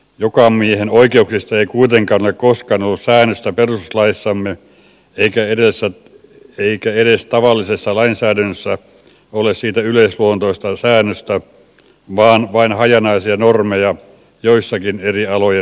jokamiehenoikeuksista ei kuitenkaan ole koskaan ollut säännöstä perustuslaissamme eikä edes tavallisessa lainsäädännössä ole siitä yleisluontoista säännöstä vaan vain hajanaisia normeja joissakin eri alojen laeissa